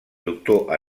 doctor